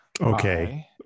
Okay